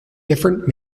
different